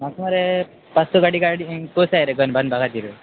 म्हाका मरे पांच स गाडी गाडी कसाय रे गन बांदपा खातीर